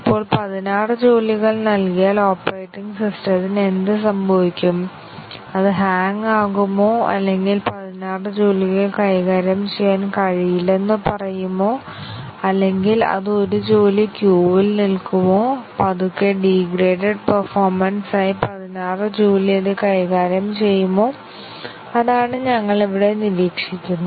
ഇപ്പോൾ 16 ജോലികൾ നൽകിയാൽ ഓപ്പറേറ്റിംഗ് സിസ്റ്റത്തിന് എന്ത് സംഭവിക്കും അത് ഹാങ് ആകുമോ അല്ലെങ്കിൽ 16 ജോലികൾ കൈകാര്യം ചെയ്യാൻ കഴിയില്ലെന്ന് പറയുമോ അല്ലെങ്കിൽ അത് ഒരു ജോലി ക്യൂവിൽ നിൽക്കുമോ പതുക്കെ ഡീഗ്രേഡഡ് പേർഫോമെൻസ് ആയി 16 ജോലി അത് കൈകാര്യം ചെയ്യുമോ അതാണ് ഞങ്ങൾ ഇവിടെ നിരീക്ഷിക്കുന്നത്